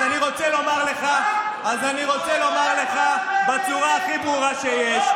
אז אני רוצה לומר לך בצורה הכי ברורה שיש,